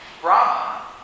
Brahma